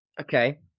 Okay